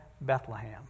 Bethlehem